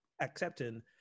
accepting